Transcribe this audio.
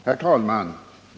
Herr talman!